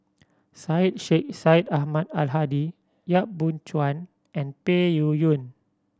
Syed Sheikh Syed Ahmad Al Hadi Yap Boon Chuan and Peng Yuyun